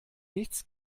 nichts